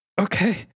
Okay